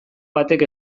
batek